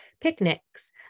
picnics